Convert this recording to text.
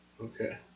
Okay